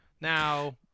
Now